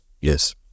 yes